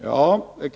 Herr talman!